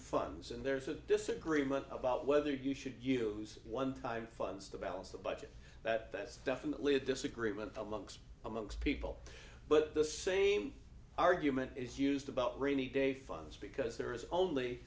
funds and there's a disagreement about whether you should use one time funds to balance the budget that that's definitely a disagreement amongst amongst people but the same argument is used about rainy day funds because there is only